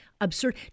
absurd